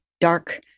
dark